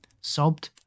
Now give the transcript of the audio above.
sobbed